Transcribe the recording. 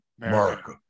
America